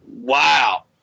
Wow